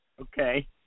Okay